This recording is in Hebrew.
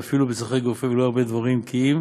ואפילו בצורכי גוף לא ירבה דברים כי אם